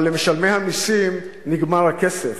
אבל למשלמי המסים נגמר הכסף,